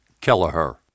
Kelleher